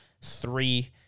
three